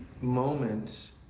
moment